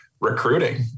recruiting